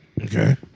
Okay